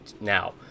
now